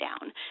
down